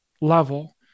level